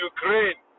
Ukraine